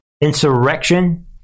insurrection